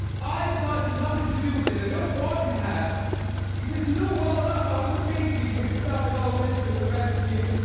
i've got nothing to do with it, and don't want to have because you know well enough i wasn't made to be mixed up in all this with the rest of you.